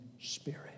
spirit